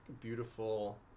beautiful